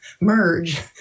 merge